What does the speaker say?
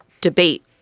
debate